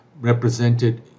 represented